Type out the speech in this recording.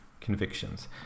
convictions